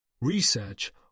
Research